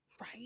Right